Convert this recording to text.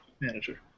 manager